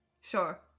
Sure